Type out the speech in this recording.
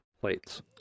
plates